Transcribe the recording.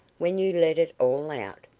when you let it all out.